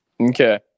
okay